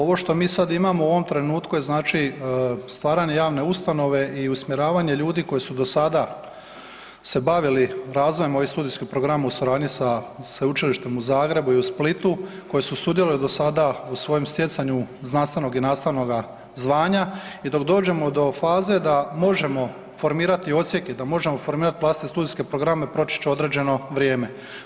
Ovo što mi sada imamo u ovom trenutku je stvaranje javne ustanove i usmjeravanje ljudi koji su do sada se bavili razvojem ovih studijskih programa u suradnji sa Sveučilištem u Zagrebu i u Splitu koji su sudjelovali do sada u svojem stjecanju znanstvenoga i nastavnoga znanja i dok dođemo do faze da možemo formirati odsjeke, da možemo formirati … studijske programe proći će određeno vrijeme.